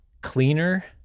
cleaner